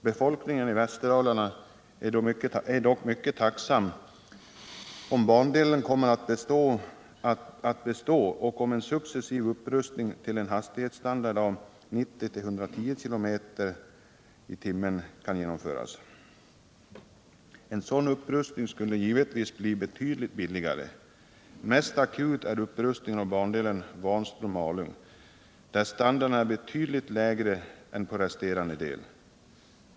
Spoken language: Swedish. Befolkningen i Västerdalarna är dock mycket tacksam om bandelen kommer att bestå och om en successiv upprustning till en hastighetsstandard av 90-110 km/tim. genomförs. En sådan upprustning skulle givetvis bli betydligt billigare. Mest akut är upprustningen av bandelen Vansbro-Malung, där standarden är betydligt lägre än på resterande del.